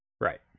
right